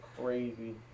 crazy